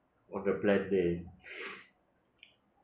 on the bad day